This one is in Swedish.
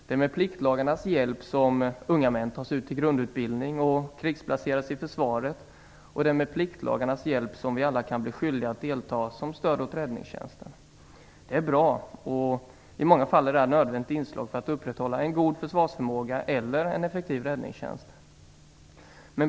Det är med pliktlagars hjälp som unga män tas ut till grundutbildning och krigsplacering i försvaret, och det är med pliktlagars hjälp som vi alla kan bli skyldiga att delta som stöd åt räddningstjänsten. Det är bra, och det är i många fall ett nödvändigt inslag för att upprätthålla en god försvarsförmåga eller en effektiv räddningstjänst.